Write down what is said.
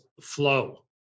flow